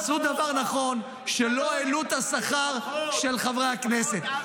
עשו דבר נכון שלא העלו את השכר של חברי הכנסת.